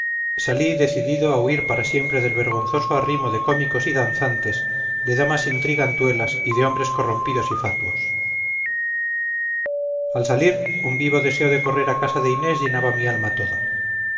salí decidido a huir para siempre del vergonzoso arrimo de cómicos y danzantes de damas intrigantuelas y de hombres corrompidos y fatuos al salir un vivo deseo de correr a casa de inés llenaba mi alma toda